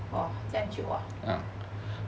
!wah! 这样久 ah